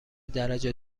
درجه